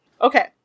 Okay